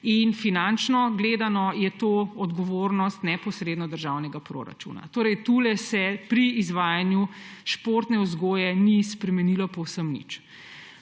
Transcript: Finančno gledano je to odgovornost neposredno državnega proračuna. Torej, tukaj se pri izvajanju športne vzgoje ni spremenilo povsem nič.